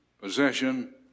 possession